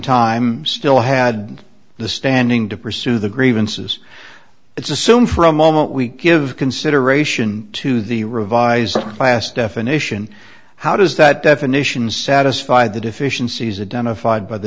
time still had the standing to pursue the grievances it's assume for a moment we give consideration to the revised class definition how does that definition satisfy the deficiencies a den of fide by the